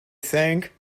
think